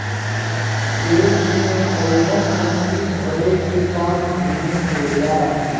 खेत मे अइसन मछली धरे के काम ढेर होला